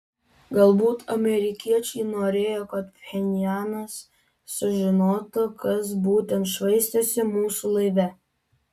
galbūt amerikiečiai norėjo kad pchenjanas sužinotų kas būtent švaistėsi mūsų laive